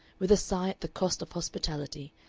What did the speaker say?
with a sigh at the cost of hospitality,